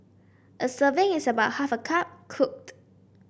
a serving is about half a cup cooked